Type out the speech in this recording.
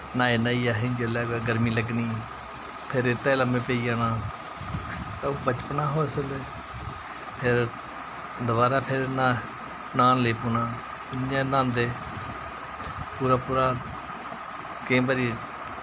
न्हाई न्हाइयै असें जिसलै गर्मी लग्गनी फिर इत्थें लम्में पेई जाना ते बचपना हा उसलै फिर दबारा फिर न्हान लेई पौना इ'यां न्हांदे पूरा पूरा केईं बारी